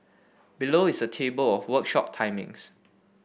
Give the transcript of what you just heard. below is a table of workshop timings